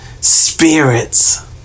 Spirits